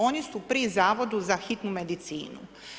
Oni su pri Zavodu za hitnu medicinu.